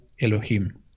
Elohim